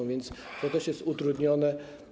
A więc to też jest utrudnione.